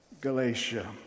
Galatia